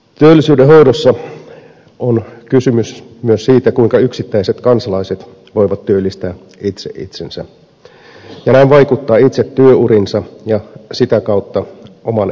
työllisyyden hoidossa on kysymys myös siitä kuinka yksittäiset kansalaiset voivat työllistää itse itsensä ja näin vaikuttaa itse työuriinsa ja sitä kautta omaan elämäänsä